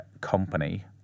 company